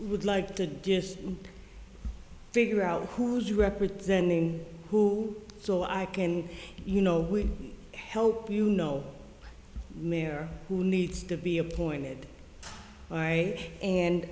would like to just figure out who's representing who so i can you know we help you know mayor who needs to be appointed right and